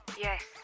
Yes